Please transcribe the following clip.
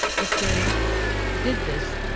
if they did this,